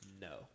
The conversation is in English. no